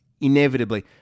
inevitably